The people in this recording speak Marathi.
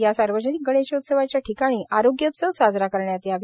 या सार्वजनिक गणेशोत्सवाच्या ठिकाणी आरोग्योत्सव साजरा करण्यात यावे